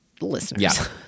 listeners